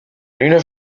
une